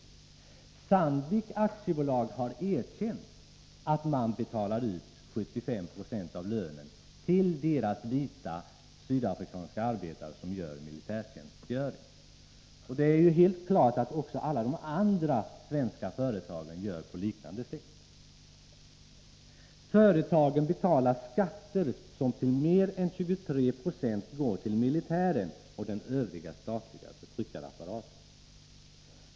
Sandvik AB har erkänt att man betalar ut 75 96 av lönen till sina vita, sydafrikanska arbetare som gör militärtjänst. Det är helt klart att också alla de andra svenska företagen gör på liknande sätt. —- Företagen betalar skatter som till mer än 23 96 går till militären och den Övriga statliga förtryckarapparaten.